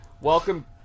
Welcome